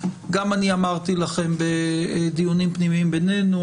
וגם אני אמרתי לכם בדיונים פנימיים בינינו,